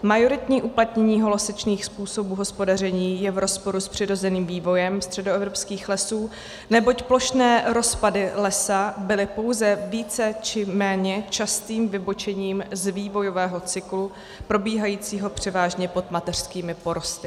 Majoritní uplatnění holosečných způsobů hospodaření je v rozporu s přirozeným vývojem středoevropských lesů, neboť plošné rozpady lesa byly pouze více či méně častým vybočením z vývojového cyklu probíhajícího převážně pod mateřskými porosty.